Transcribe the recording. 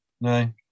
No